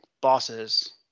bosses